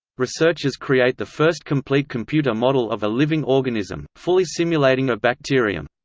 researchers create the first complete computer model of a living organism, fully simulating a bacterium.